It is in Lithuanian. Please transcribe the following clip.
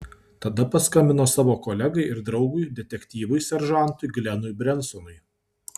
tada paskambino savo kolegai ir draugui detektyvui seržantui glenui brensonui